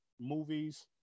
Movies